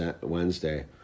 Wednesday